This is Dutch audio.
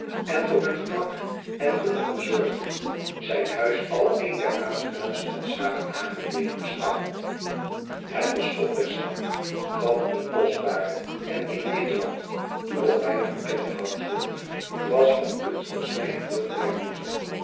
en voor hun gemak en genoegen zorgde zijn huis als een der aangenaamste van s gravenhage deden beschouwen het beschot der zaal van een kostbare en in nederland toen nog weinig bekende houtsoort was van kunstig snij en beeldwerk voorzien